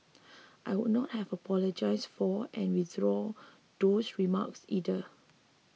I would not have apologised for and withdrawn those remarks either